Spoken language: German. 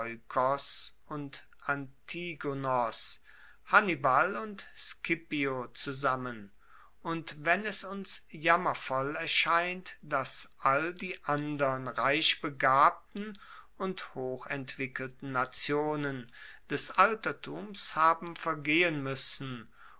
und antigonos hannibal und scipio zusammen und wenn es uns jammervoll erscheint dass all die andern reich begabten und hochentwickelten nationen des altertums haben vergehen muessen